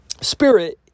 spirit